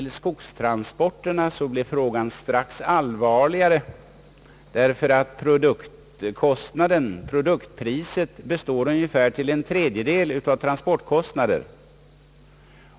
För skogstransporternas del blir problemet strax allvarligare, eftersom produktpriset till ungefär en tredjedel består av transportkostnader.